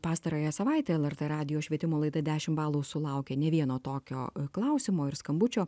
pastarąją savaitę lrt radijo švietimo laida dešimt balų sulaukė ne vieno tokio klausimo ir skambučio